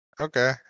Okay